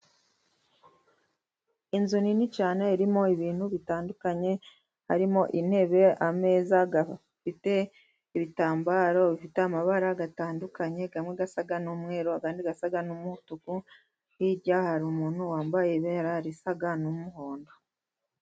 Inzu nini cyane irimo ibintu bitandukanye; harimo intebe, ameza afite ibitambaro bifite amabara atandukanye, amwe asa n'umweru, andi asa n'umutuku. Hirya hari umuntu wambaye ibara risa n'umuhondo.